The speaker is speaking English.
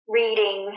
reading